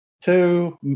two